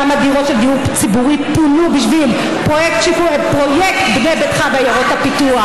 כמה דירות של דיור ציבורי פונו בשביל פרויקט בנה ביתך בעיירות הפיתוח,